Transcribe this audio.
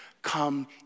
Come